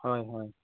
হয় হয়